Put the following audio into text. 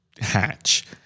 hatch